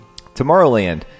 Tomorrowland